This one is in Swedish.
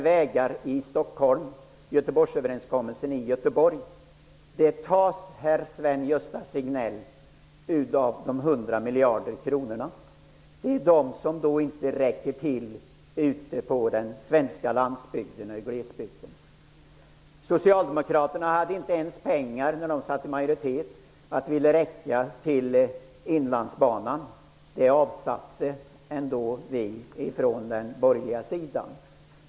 miljarderna, och då räcker inte pengarna även till vägar på landsbygden och i glesbygden. När Socialdemokraterna satt i majoritet hade de inte ens pengar så att det räckte till Inlandsbanan. Det avsatte vi ändå från den borgerliga sidan.